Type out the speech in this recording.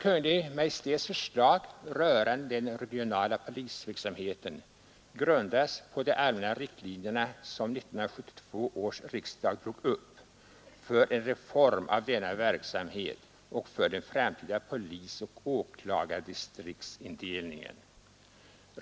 Maj:ts förslag rörande den regionala polisverksamheten grundas på de allmänna riktlinjer som 1972 års riksdag drog upp för en reform av denna verksamhet och för den framtida polisoch åklagardistriktindelningen.